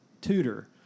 tutor